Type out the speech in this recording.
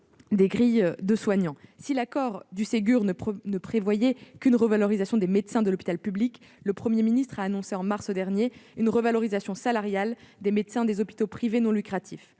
des grilles de soignants. Si le Ségur de la santé ne prévoyait qu'une revalorisation des médecins de l'hôpital public, le Premier ministre a annoncé au mois de mars dernier une revalorisation salariale des médecins des hôpitaux privés non lucratifs.